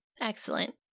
Excellent